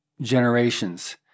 generations